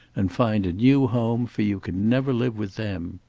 and find a new home, for you can never live with them.